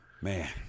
Man